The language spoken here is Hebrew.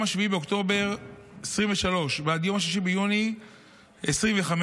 מיום 7 באוקטובר 2023 ועד יום 6 ביוני 2025,